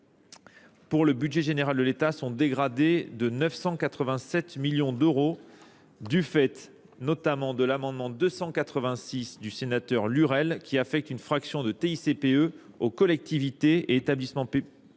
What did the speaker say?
pour le budget général de l'Etat sont dégradés de 987 millions d'euros du fait notamment de l'amendement 286 du sénateur Lurel qui affecte une fraction de TICPE aux collectivités et établissements publics